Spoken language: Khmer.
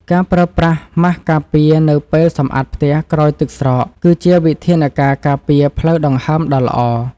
ការប្រើប្រាស់ម៉ាស់ការពារនៅពេលសម្អាតផ្ទះក្រោយទឹកស្រកគឺជាវិធានការការពារផ្លូវដង្ហើមដ៏ល្អ។